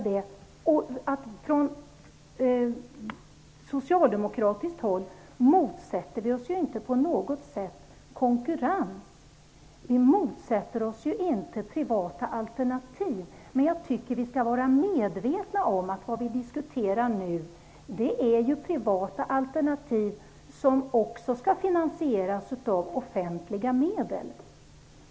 Vi socialdemokrater motsätter oss inte på något sätt konkurrens. Vi motsätter oss inte privata alternativ. Men jag tycker att vi skall vara medvetna om att vi diskuterar privata alternativ som också skall finansieras av offentliga medel.